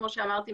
כמו שאמרתי,